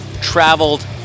traveled